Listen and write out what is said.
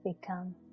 become